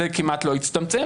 זה כמעט לא הצטמצם,